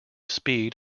speed